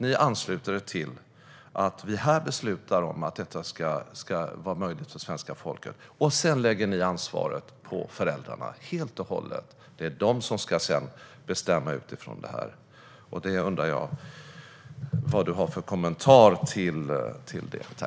Ni ansluter er till att vi här beslutar om att detta ska vara möjligt för svenska folket, och sedan lägger ni helt och hållet ansvaret på föräldrarna. Det är de som ska bestämma utifrån detta. Jag undrar vad du har för kommentar till detta.